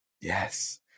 Yes